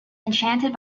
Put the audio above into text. enchanted